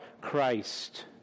Christ